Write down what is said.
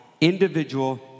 individual